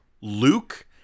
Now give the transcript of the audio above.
Luke